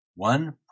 One